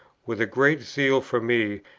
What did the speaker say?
with a great zeal for me,